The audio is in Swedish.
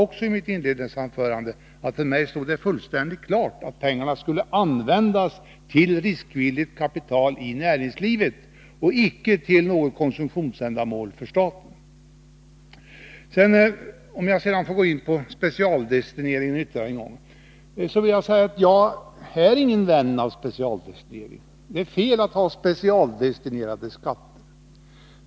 Jag sade i mitt inledningsanförande också att det för mig stod fullständigt klart att pengarna skulle användas som riskvilligt kapital i näringslivet och icke till något konsumtionsändamål för staten. Låt mig sedan än en gång gå in på specialdestineringen. Jag är ingen vän av specialdestinering. Det är fel att ha specialdestinerade skatter.